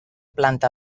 planta